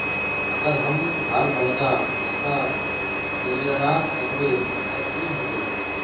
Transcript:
अगर हम हर महीना पैसा देल ला न सकवे तब की होते?